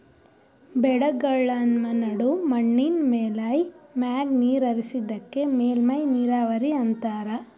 ಬೆಳೆಗಳ್ಮ ನಡು ಮಣ್ಣಿನ್ ಮೇಲ್ಮೈ ಮ್ಯಾಗ ನೀರ್ ಹರಿಸದಕ್ಕ ಮೇಲ್ಮೈ ನೀರಾವರಿ ಅಂತಾರಾ